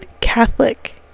Catholic